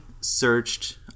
searched